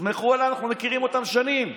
סמכו עליי, אנחנו מכירים אותם שנים.